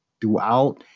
throughout